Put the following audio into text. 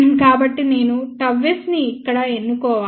కాబట్టి నేను ΓS ని ఇక్కడ ఎన్నుకోవాలా